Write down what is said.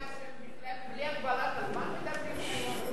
אתה לא רואה שבנאומים בלי הגבלת זמן מדברים היום?